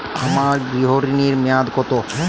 আমার গৃহ ঋণের মেয়াদ কত?